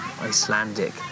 Icelandic